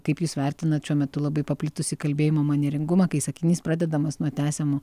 kaip jūs vertinat šiuo metu labai paplitusį kalbėjimo manieringumą kai sakinys pradedamas nuo tęsiamų